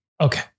okay